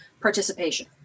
participation